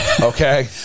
Okay